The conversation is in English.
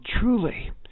Truly